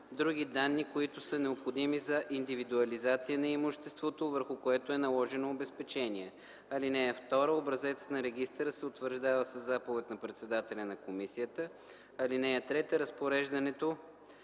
други данни, които са необходими за индивидуализация на имуществото, върху което е наложено обезпечение. (2) Образецът на регистъра се утвърждава със заповед на председателя на комисията. (3) Разпореждането